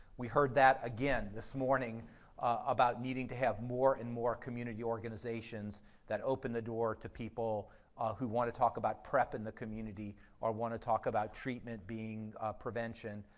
we heard that again this morning about needing to have more and more community organizations that open the door to people who want to talk about prep in the community or want to talk about treatment being prevention,